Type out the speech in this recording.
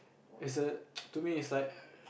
is a to me is like